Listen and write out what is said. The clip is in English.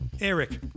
Eric